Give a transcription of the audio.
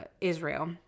Israel